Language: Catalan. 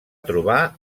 trobar